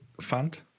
fund